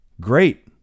Great